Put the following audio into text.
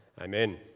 Amen